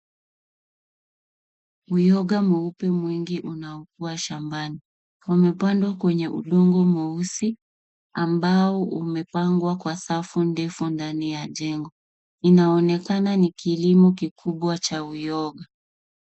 Uyoga mweupe mwingi unaokuwa shambani. Umepandwa kwenye udongo mweusi ambao umepangwa kwenye safu ndefu ndani ya jengo. Inaonekana ni kilimo kikubwa cha uyoga.